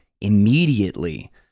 immediately